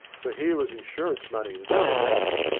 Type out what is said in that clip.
for here was insurance money without a doubt.